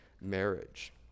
marriage